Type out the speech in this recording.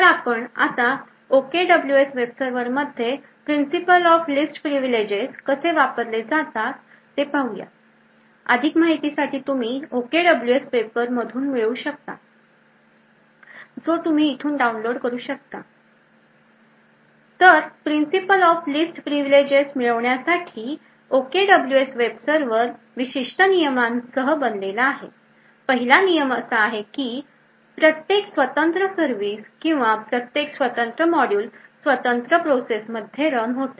तर आपण आता OKWS वेब सर्वर मध्ये Principle of Least Privileges कसे वापरले जाते ते पाहूयात अधिक माहिती तुम्ही OKWS पेपर मधून मिळवू शकतात जो तुम्ही इथून डाऊनलोड करू शकतात तर Principle of Least Privileges मिळवण्यासाठी OKWS वेब सर्व्हर विशिष्ट नियमांसह बनवलेला आहे पहिला नियम असा आहे की प्रत्येक स्वतंत्र सर्विस किंवा प्रत्येक स्वतंत्र मॉड्यूल स्वतंत्र प्रोसेस मध्ये रन होते